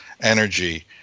energy